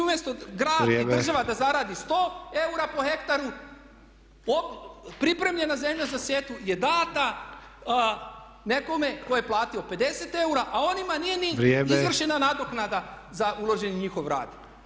Umjesto grad i država da zaradi 100 eura po hektaru pripremljena zemlja za sjetvu je dana nekome tko je platio 50 eura, a onima nije ni izvršena nadoknada za uloženi njihov rad.